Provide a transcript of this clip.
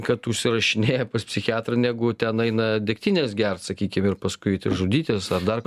kad užsirašinėja pas psichiatrą negu ten eina degtinės gert sakykim ir paskui žudytis ar dar